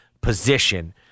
position